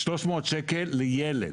שלוש מאות שקל לילד.